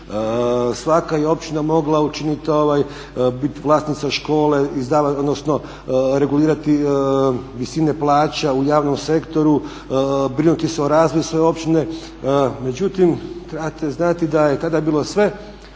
Svaka je općina mogla učiniti, bit vlasnica škole, odnosno regulirati visine plaća u javnom sektoru, brinuti se o razvoju svoje općine. Međutim, trebate znati da je tada bilo sve